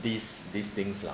these these things lah